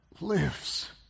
lives